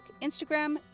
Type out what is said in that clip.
Instagram